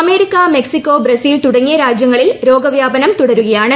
America Mexico Brazil തുടങ്ങിയ രാജ്യങ്ങളിൽ രോഗവ്യാപനം തുടരുക്ക്യാണ്